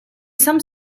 some